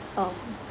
um